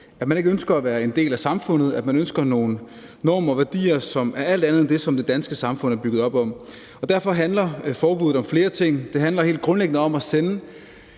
at man ikke ønsker at være en del af samfundet, og at man ønsker nogle normer og værdier, som handler om alt andet end det, som det danske samfund er bygget op om. Derfor handler forbuddet om flere ting. Det handler helt grundlæggende om at sende